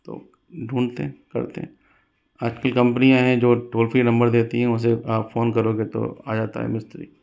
तो ढूंढते हैं करते हैं आज कल कम्पनीयां हैं जो टोल फ्री नंबर देती हैं उसे आप फोन करोगे तो वह आ जाता है मिस्त्री